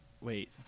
Wait